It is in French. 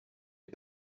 est